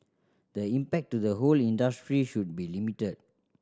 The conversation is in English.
the impact to the whole industry should be limited